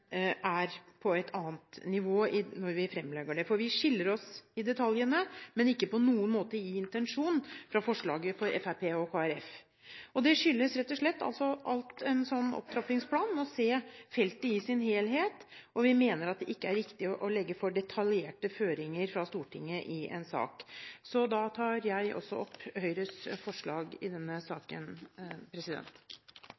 er på et annet nivå når vi fremlegger dette. Detaljene – men ikke på noen måte intensjonen – skiller vårt forslag fra forslaget fra Fremskrittspartiet og Kristelig Folkeparti. Det skyldes rett og slett at en i en slik opptrappingsplan må se feltet i sin helhet. Vi mener at det ikke er riktig å legge for detaljerte føringer fra Stortinget i en sak. Jeg tar opp Høyres forslag i denne